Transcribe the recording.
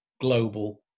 global